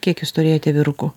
kiek jūs turėjote vyrukų